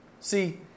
See